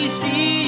see